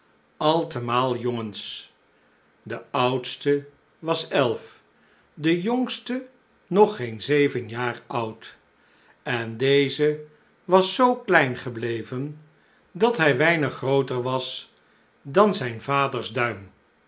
altemaal jongens de oudste was elf de jongste nog geen zeven jaar oud en deze was zoo klein gebleven dat hij weinig grooter oeverneur ude sprookjes was dan zijn vaders duim